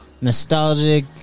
Nostalgic